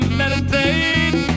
meditate